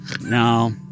No